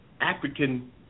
African